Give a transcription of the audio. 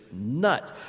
nuts